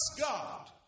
God